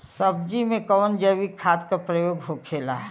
सब्जी में कवन जैविक खाद का प्रयोग होखेला?